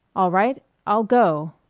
all right i'll go.